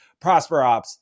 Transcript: ProsperOps